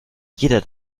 jeder